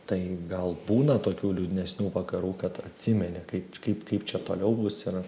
tai gal būna tokių liūdnesnių vakarų kad atsimeni kai kaip kaip čia toliau bus ir